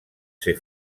ser